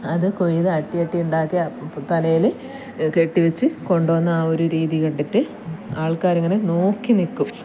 അത് കൊയ്ത് അട്ടിയട്ടി ഉണ്ടാക്കി തലയിൽ കെട്ടിവെച്ച് കൊണ്ട് പോകുന്ന ആ ഒരു രീതി കണ്ടിട്ട് ആള്ക്കാർ ഇങ്ങനെ നോക്കി നിൽക്കും